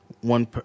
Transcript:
one